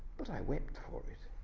but i wept for it.